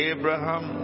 Abraham